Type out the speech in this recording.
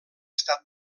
estat